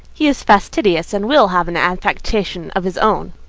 he is fastidious and will have an affectation of his own.